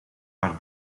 haar